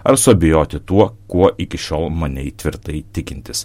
ar suabejoti tuo kuo iki šiol manei tvirtai tikintis